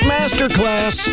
Masterclass